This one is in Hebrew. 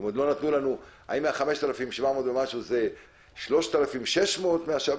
הם עוד לא נתנו לנו האם מה-5,700 ומשהו זה 3,600 מהשב"כ,